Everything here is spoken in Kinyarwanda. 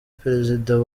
perezida